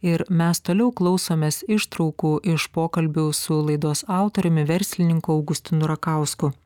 ir mes toliau klausomės ištraukų iš pokalbių su laidos autoriumi verslininku augustinu rakausku